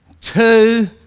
two